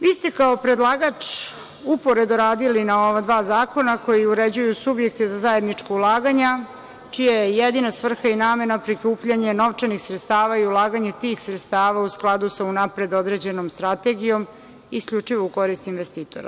Vi ste kao predlagač uporedo radili na ova dva zakona koji uređuju subjekte za zajednička ulaganja, čija je jedina svrha i namena prikupljanje novčanih sredstava i ulaganje tih sredstava u skladu sa unapred određenom strategijom isključivo u korist investitora.